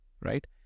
right